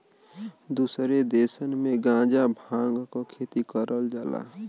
दुसरे देसन में गांजा भांग क खेती करल जाला